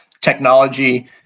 technology